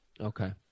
Okay